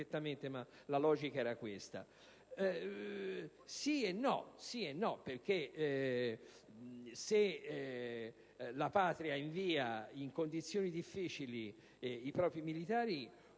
è vero, perché se la Patria invia in condizioni difficili i propri militari